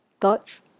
Thoughts